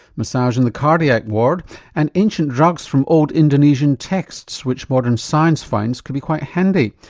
massage in the cardiac ward and ancient drugs from old indonesian texts, which modern science finds could be quite handy.